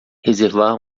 reservar